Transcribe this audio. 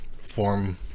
form